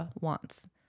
wants